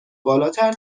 بالاتر